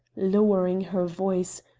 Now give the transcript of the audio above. lowering her voice,